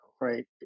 right